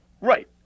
Right